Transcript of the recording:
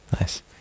nice